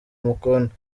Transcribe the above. amukunda